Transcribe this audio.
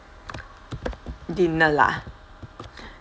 dinner lah